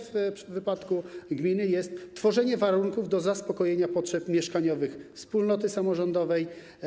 Wypadku gminy jest to tworzenie warunków do zaspokojenia potrzeb mieszkaniowych wspólnoty samorządowej.